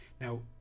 Now